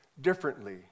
Differently